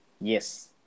Yes